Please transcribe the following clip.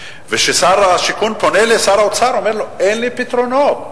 שר האוצר פונה לשר האוצר ואומר: אין לי פתרונות.